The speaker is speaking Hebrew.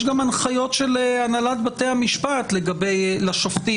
יש גם הנחיות של הנהלת בתי המשפט לשופטים,